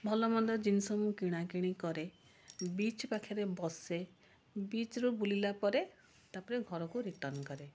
ଭଲମନ୍ଦ ଜିନିଷ ମୁଁ କିଣାକିଣି କରେ ବିଚ ପାଖରେ ବସେ ବିଚରେ ବୁଲିଲା ପରେ ତାପରେ ଘରକୁ ରିଟର୍ନ କରେ